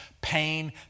pain